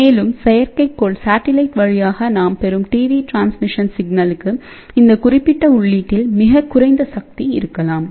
மேலும் செயற்கைக்கோள் வழியாக நாம் பெறும்டிவி டிரான்ஸ்மிஷன்சிக்னலுக்கும் இந்த குறிப்பிட்ட உள்ளீட்டில் மிகக் குறைந்த சக்தி இருக்கலாம்